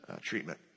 treatment